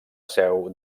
seu